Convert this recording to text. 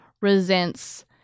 resents